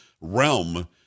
realm